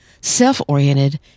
Self-oriented